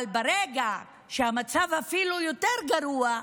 אבל ברגע שהמצב אפילו יותר גרוע,